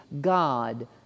God